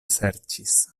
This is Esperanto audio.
serĉis